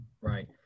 right